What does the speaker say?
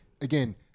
again